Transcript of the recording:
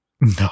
No